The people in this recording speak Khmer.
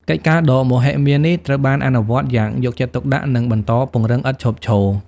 កិច្ចការដ៏មហិមានេះត្រូវបានអនុវត្តយ៉ាងយកចិត្តទុកដាក់ និងបន្តពង្រឹងឥតឈប់ឈរ។